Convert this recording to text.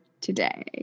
today